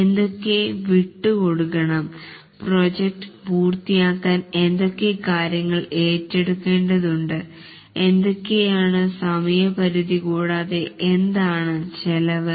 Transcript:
എന്തൊക്കെ വിട്ടു കൊടുക്കണം പ്രോജക്ട് പൂർത്തിയാക്കാൻ എന്തൊക്കെ കാര്യങ്ങൾ ഏറ്റെടുക്കേണ്ടതുണ്ട് എന്തൊക്കെയാണ് സമയ പരിധി കൂടാതെ എന്താണ് ചെലവ്